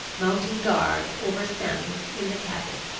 mounting guard over sammy in the cabin.